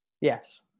Yes